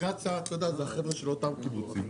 ואינטגרציה זה החבר'ה של אותם קיבוצים,